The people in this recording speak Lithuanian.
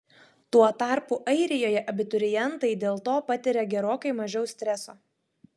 tuo tarpu airijoje abiturientai dėl to patiria gerokai mažiau streso